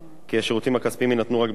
כי השירותים הכספיים יינתנו רק באמצעות